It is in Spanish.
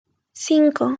cinco